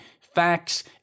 facts